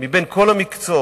מבין כל המקצועות,